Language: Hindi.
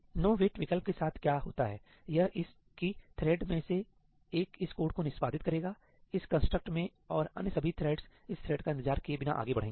नोवेट विकल्प के साथ क्या होता है यह कि थ्रेड्स में से एक इस कोड को निष्पादित करेगा इस कंस्ट्रक्ट में और अन्य सभी थ्रेड्स इस थ्रेड का इंतजार किए बिना आगे बढ़ेंगे